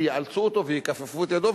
ויאלצו אותו ויכופפו את ידו,